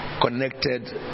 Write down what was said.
connected